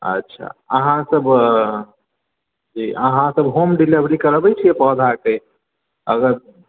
अच्छा अहाँ सऽ अहाँ सब होम डिलीवरी कराबै छियै पौधा के अगर